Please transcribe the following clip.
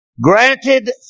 granted